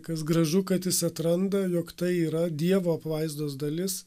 kas gražu kad jis atranda jog tai yra dievo apvaizdos dalis